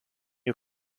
you